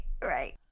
right